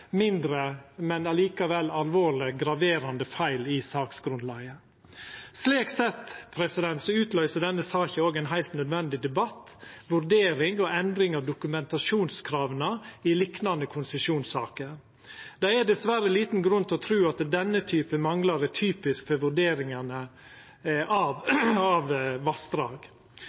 mindre, men likevel alvorlege, graverande feil i saksgrunnlaget. Slik sett utløyser denne saka òg ein heilt nødvendig debatt, vurdering og endring av dokumentasjonskrava i liknande konsesjonssaker. Det er dessverre liten grunn til å tru at denne type manglar er typisk for vurderingane av vassdrag.